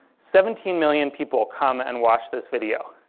seventeen million people come and watch this video.